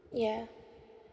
yeah